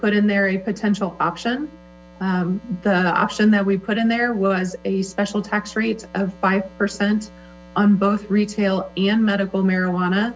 put in there a potential option the option that we put in there was a special tax rates of five percent on both retail and medical marijuana